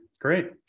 great